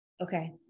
Okay